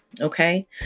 okay